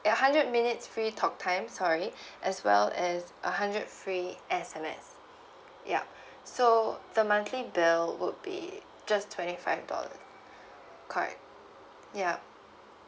a hundred minutes free talk time sorry as well as a hundred free S_M_S yup so the monthly bill would be just twenty five dollar correct ya